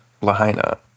Lahaina